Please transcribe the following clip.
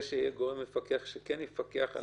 את מציעה שיהיה גורם מפקח שכן יפקח על אחרים?